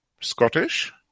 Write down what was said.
Scottish